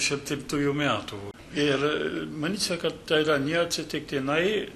čia taip tų jų metų ir manyčiau kad tai yra ne atsitiktinai